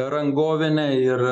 rangovinė ir